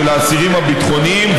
של האסירים הביטחוניים.